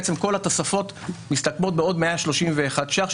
ובעצם כל התוספות מסתכמות בעוד 131 ש"ח,